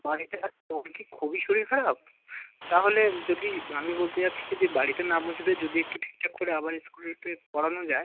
বাড়িতে আজ ওর কি খুবই শরীর খারাপ তাহলে যদি আমি বলতে যাচ্ছি কি যে বাড়িতে না বসে থেকে যদি একটু ঠিকঠাক করে আবার স্কুলেতে পড়ানো যায়